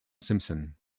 simpson